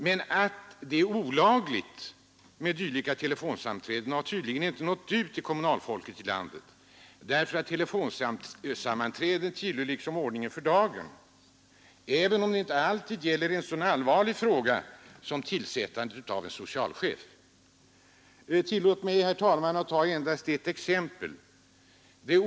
Men att det är olagligt har tydligen inte nått ut till kommunalfolket i landet, därför att telefonsammanträden tillhör liksom ordningen för dagen, även om det inte alltid gäller så allvarliga frågor som tillsättandet av en socialchef. Tillåt mig, herr talman, att ta endast ett exempel.